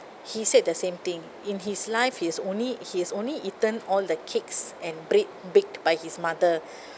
he said the same thing in his life he's only he's only eaten all the cakes and bread baked by his mother